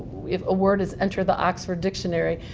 if a word has entered the oxford dictionary,